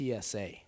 TSA